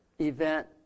event